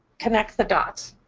connect the dots.